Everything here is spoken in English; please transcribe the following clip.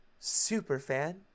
Superfan